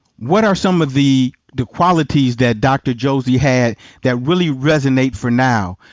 what are some of the the qualities that dr. josey had that really resonate for now?